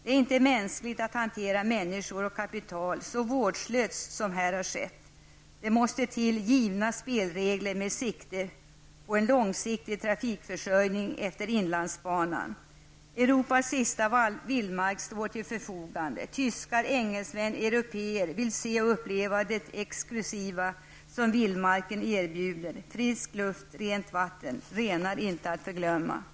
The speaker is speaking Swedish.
Det är inte mänskligt att hantera människor och kapital så vårdslöst som här har skett. Givna spelregler måste beaktas, med siktet inställt på en långsiktig trafikförsörjning utefter inlandsbanan. Europas sista vildmark står ju till förfogande. Tyskar, engelsmän och andra européer vill se och uppleva det exklusiva som vildmarken erbjuder: frisk luft, rent vatten och -- inte att förglömma -- renar.